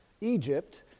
Egypt